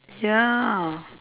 ya